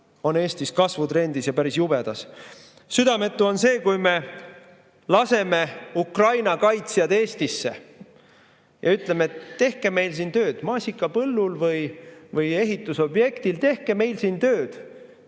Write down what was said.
on Eestis kasvutrendis, ja päris jubedas. Südametu on see, kui me laseme Ukraina kaitsjad Eestisse ja ütleme, et tehke meil siin tööd maasikapõllul või ehitusobjektil. Tehke meil siin tööd,